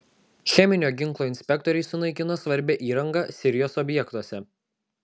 cheminio ginklo inspektoriai sunaikino svarbią įrangą sirijos objektuose